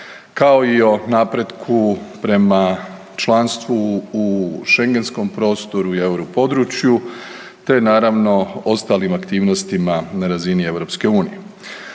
kao i o napretku prema članstvu u šengenskom prostoru i euro području, te naravno ostalim aktivnostima na razini EU.